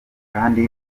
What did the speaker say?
kandi